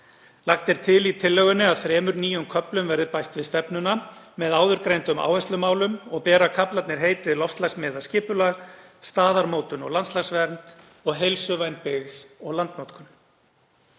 Lagt er til í tillögunni að þremur nýjum köflum verði bætt við stefnuna með áðurgreindum áherslumálum og bera kaflarnir heitið Loftslagsmiðað skipulag, Staðarmótun og landslagsvernd og Heilsuvæn byggð og landnotkun.